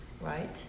Right